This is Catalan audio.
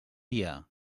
biar